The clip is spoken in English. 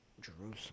Jerusalem